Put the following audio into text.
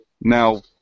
now